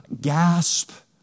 gasp